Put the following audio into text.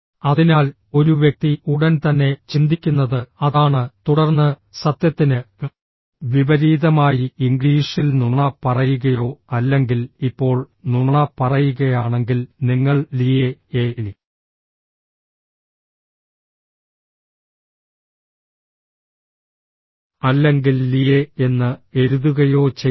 അതിനാൽ ഒരു വ്യക്തി ഉടൻ തന്നെ ചിന്തിക്കുന്നത് അതാണ് തുടർന്ന് സത്യത്തിന് വിപരീതമായി ഇംഗ്ലീഷിൽ നുണ പറയുകയോ അല്ലെങ്കിൽ ഇപ്പോൾ നുണ പറയുകയാണെങ്കിൽ നിങ്ങൾ ലിയെ എ അല്ലെങ്കിൽ ലിയെ എന്ന് എഴുതുകയോ ചെയ്യുന്നു